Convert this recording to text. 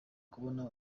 kubona